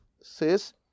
says